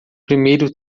primeiro